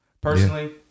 Personally